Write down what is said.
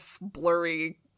blurry